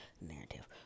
Narrative